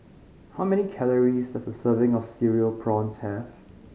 how many calories does a serving of Cereal Prawns have